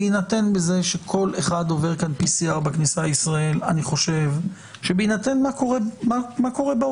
בהינתן זה שכל אחד עובר PCR בכניסה לישראל ובהינתן מה קורה בעולם,